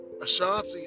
ashanti